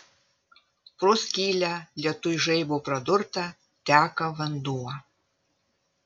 pro skylę lietuj žaibo pradurtą teka vanduo